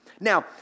Now